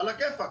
על הכיפק.